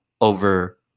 over